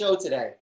Today